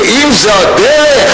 ואם זו הדרך,